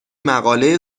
مقاله